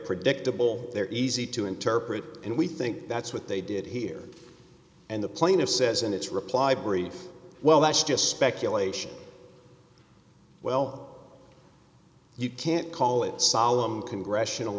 predictable they're easy to interpret and we think that's what they did here and the plaintiff says in its reply brief well that's just speculation well you can't call it solemn congressional